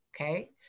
Okay